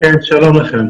שלום לכם.